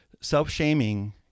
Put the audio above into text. self-shaming